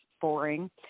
boring